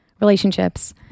relationships